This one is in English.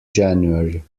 january